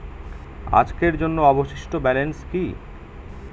আজকের জন্য অবশিষ্ট ব্যালেন্স কি?